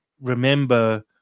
remember